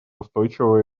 устойчивого